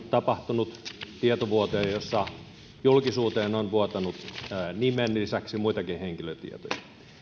tapahtunut tietovuotoja joissa julkisuuteen on vuotanut nimen lisäksi muitakin henkilötietoja